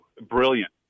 brilliant